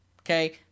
okay